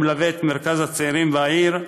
ומלווה את מרכז הצעירים בעיר,